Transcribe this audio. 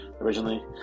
originally